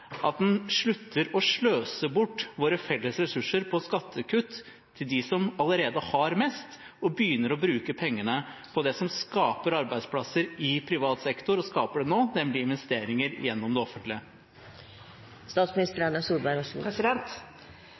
at en slutter å sløse bort våre felles ressurser på skattekutt til dem som allerede har mest, og begynner å bruke pengene på det som skaper arbeidsplasser i privat sektor – og skaper det nå – nemlig investeringer gjennom det offentlige?